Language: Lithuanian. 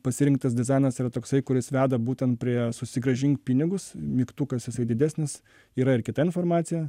pasirinktas dizainas yra toksai kuris veda būtent prie susigrąžink pinigus mygtukas jisai didesnis yra ir kita informacija